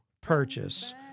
purchase